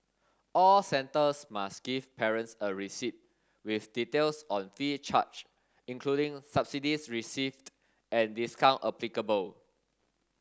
all centres must give parents a receipt with details on fee charged including subsidies received and discount applicable